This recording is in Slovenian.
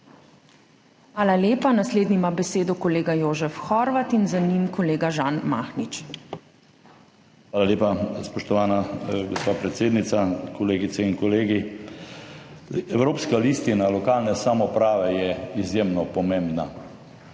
Hvala lepa. Naslednji ima besedo kolega Jožef Horvat, za njim kolega Žan Mahnič. **JOŽEF HORVAT (PS NSi):** Hvala lepa, spoštovana gospa predsednica. Kolegice in kolegi! Evropska listina lokalne samouprave je izjemno pomembna.